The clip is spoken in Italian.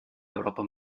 europa